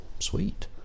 Sweet